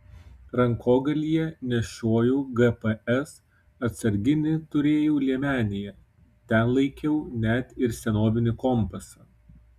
rankogalyje nešiojau gps atsarginį turėjau liemenėje ten laikiau net ir senovinį kompasą